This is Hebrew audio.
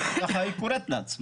ככה היא קוראת לעצמה,